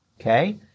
okay